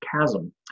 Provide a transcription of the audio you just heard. chasm